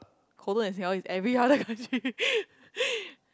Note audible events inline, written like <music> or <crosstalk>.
colder than Singapore is every other country <laughs>